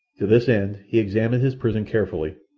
to this end he examined his prison carefully,